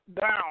down